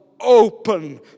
open